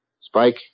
Spike